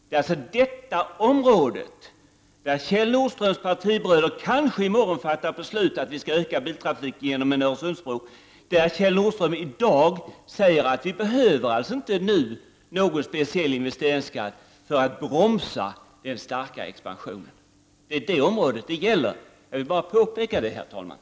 Det är alltså detta område som är aktuellt när Kjell Nordström och hans partibröder i morgon kanske fattar beslut om att vi skall öka biltrafiken genom att bygga Öresundsbron, och Kjell Nordström säger i dag att vi inte behöver någon speciell investeringsskatt för att bromsa den starka expansionen. Det är detta område det gäller. Jag vill bara påpeka det, herr talman.